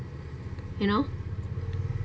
you know